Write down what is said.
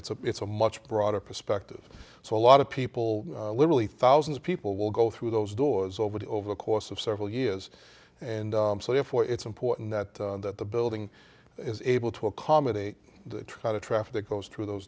it's a it's a much broader perspective so a lot of people literally thousands of people will go through those doors over the over the course of several years and so therefore it's important that the building is able to accommodate the try to traffic goes through those